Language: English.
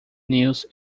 news